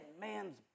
man's